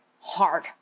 hard